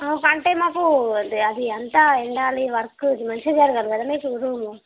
అంటే మాకు అది అంతా ఎండాలి వర్క్ మంచిగా జరగాలి కదా రూము